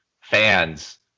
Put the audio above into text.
fans